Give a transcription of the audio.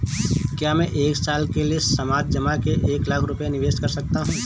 क्या मैं एक साल के लिए सावधि जमा में एक लाख रुपये निवेश कर सकता हूँ?